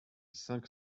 cinq